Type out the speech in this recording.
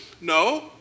No